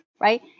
right